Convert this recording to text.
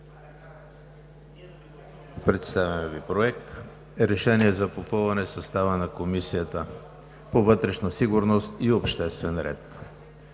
Представям: „Проект! РЕШЕНИЕ за попълване състава на Комисията по вътрешна сигурност и обществен ред